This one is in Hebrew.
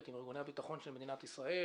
עם ארגוני הביטחון של מדינת ישראל